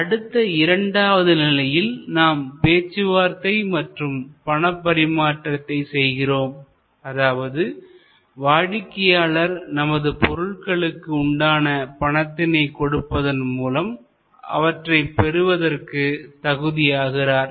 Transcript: அடுத்த இரண்டாவது நிலையில் நாம் பேச்சுவார்த்தை மற்றும் பண பரிமாற்றத்தை செய்கிறோம்அதாவது வாடிக்கையாளர் நமது பொருள்களுக்கு உண்டான பணத்தினை கொடுப்பதன் மூலம் அவற்றை பெறுவதற்கு தகுதி ஆகிறார்